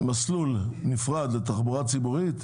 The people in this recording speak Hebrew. מסלול נפרד לתחבורה ציבורית,